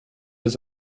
his